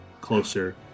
closer